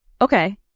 okay